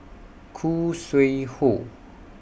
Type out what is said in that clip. Khoo Sui Hoe